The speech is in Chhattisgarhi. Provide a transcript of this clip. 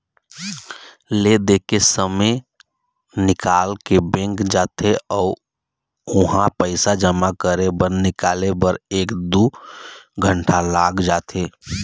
ले दे के समे निकाल के बैंक जाथे अउ उहां पइसा जमा करे बर निकाले बर एक दू घंटा लाग जाथे